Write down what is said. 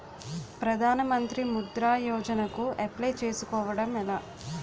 ప్రధాన మంత్రి ముద్రా యోజన కు అప్లయ్ చేసుకోవటం ఎలా?